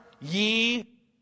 ye